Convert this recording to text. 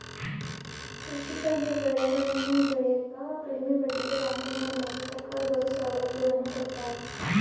ಕೃಷಿಕರಿಗೆ ಬೆಳೆಗಳನ್ನು ಬೆಳೆಕ ಕಡಿಮೆ ಬಡ್ಡಿಗೆ ಬ್ಯಾಂಕಿನವರು ಮತ್ತೆ ಸರ್ಕಾರದವರು ಸೌಲಭ್ಯವನ್ನು ಕೊಡ್ತಾರ